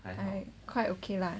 I quite okay lah